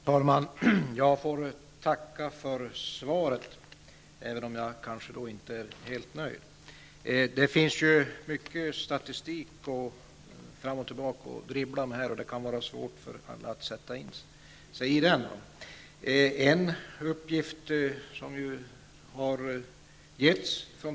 Herr talman! Jag får tacka för svaret, även om jag inte är helt nöjd. Det finns ju mycket statistik att dribbla med här, och det kan vara svårt att sätta sig in i den.